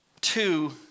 two